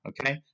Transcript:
okay